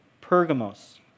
Pergamos